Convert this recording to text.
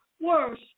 Worse